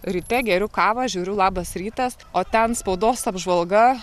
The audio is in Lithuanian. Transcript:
ryte geriu kavą žiūriu labas rytas o ten spaudos apžvalga